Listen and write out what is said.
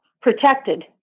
protected